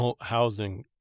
housing